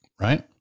right